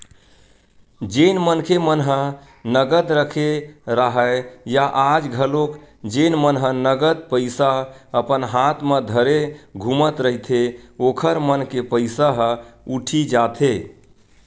जेन मनखे मन ह नगद रखे राहय या आज घलोक जेन मन ह नगद पइसा अपन हात म धरे घूमत रहिथे ओखर मन के पइसा ह उठी जाथे